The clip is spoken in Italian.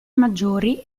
maggiori